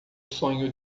sonho